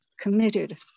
committed